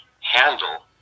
handle